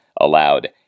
allowed